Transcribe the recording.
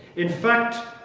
in fact,